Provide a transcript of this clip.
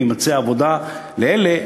ותימצא עבודה לאלה,